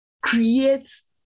creates